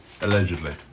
Allegedly